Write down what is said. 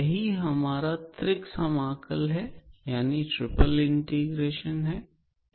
यही हमारा त्रिक समाकल है